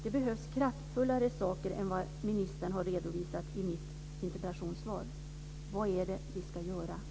Det behövs kraftfullare tag än vad ministern har redovisat i sitt interpellationssvar. Vad är det som vi ska göra?